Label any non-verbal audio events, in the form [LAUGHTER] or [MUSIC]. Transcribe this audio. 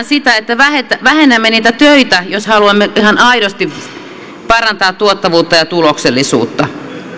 [UNINTELLIGIBLE] sitä että vähennämme niitä töitä jos haluamme ihan aidosti parantaa tuottavuutta ja tuloksellisuutta